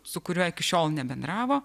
su kuriuo iki šiol nebendravo